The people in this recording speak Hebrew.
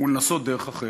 ולנסות דרך אחרת.